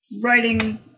Writing